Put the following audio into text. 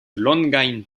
longajn